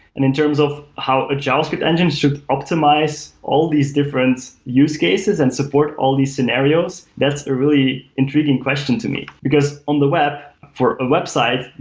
and in terms of how javascript engine should optimize all these different use cases and support all these scenarios, that's a really intriguing question to me. because on the web, for a website,